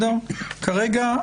כרגע,